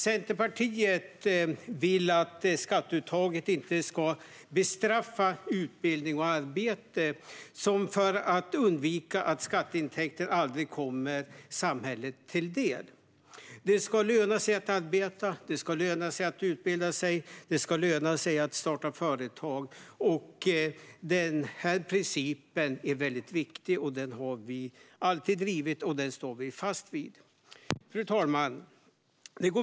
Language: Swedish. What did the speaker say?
För att se till att skatteintäkter kommer samhället till del vill Centerpartiet att skatteuttaget inte bestraffar utbildning och arbete. Det ska löna sig att arbeta, utbilda sig och starta företag. Denna princip är väldigt viktig. Den har vi alltid drivit, och vi står fast vid den.